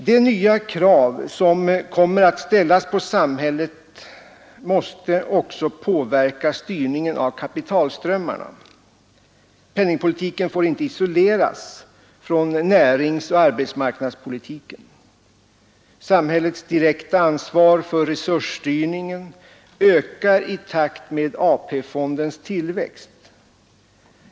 De nya krav som kommer att ställas på samhället måste också påverka styrningen av kapitalströmmarna. Penningpolitiken får inte isoleras från näringsoch arbetsmarknadspolitiken. Samhällets direkta ansvar för resursstyrningen ökar i takt med AP-fondens tillväxt.